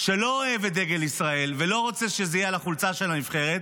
שלא אוהב את דגל ישראל ולא רוצה שזה יהיה על החולצה של הנבחרת,